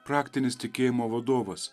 praktinis tikėjimo vadovas